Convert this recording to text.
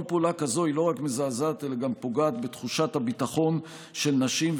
כל פעולה כזו היא לא רק מזעזעת אלא גם פוגעת בתחושת הביטחון של נשים,